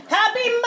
Happy